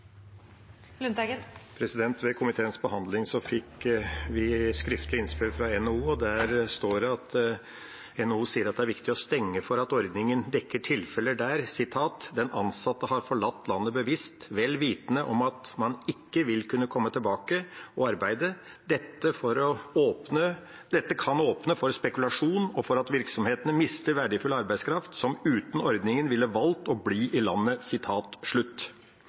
Ved komiteens behandling fikk vi skriftlig innspill fra NHO, og der sier NHO at det er viktig å stenge for at ordningen dekker tilfeller der «[d]en ansatte har forlatt landet bevisst, vel vitende om at man ikke vil kunne komme tilbake og arbeide. Dette kan åpne for spekulasjon og for at virksomhetene mister verdifull arbeidskraft som uten ordningen ville valgt å bli i landet.»